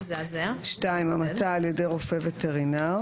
המתה על ידי רופא וטרינר.